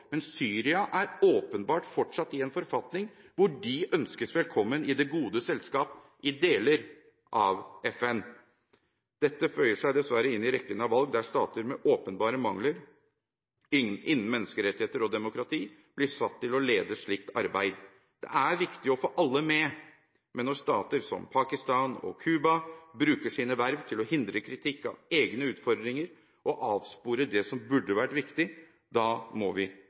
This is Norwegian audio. men Syria er åpenbart fortsatt i en forfatning hvor de ønskes velkommen i det gode selskap i deler av FN. Dette føyer seg dessverre inn i rekken av valg der stater med åpenbare mangler innen menneskerettigheter og demokrati blir satt til å lede slikt arbeid. Det er viktig å få alle med, men når stater som Pakistan og Cuba bruker sine verv til å hindre kritikk av egne utfordringer og avsporer det som burde vært viktig, må vi